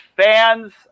fans